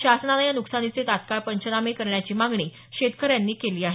शासनाने या नुकसानीचे तात्काळ पंचनामे करण्याची मागणी शेतकर्यांनी केली आहे